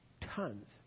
tons